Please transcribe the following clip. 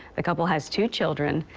the couple has two children.